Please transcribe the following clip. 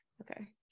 Okay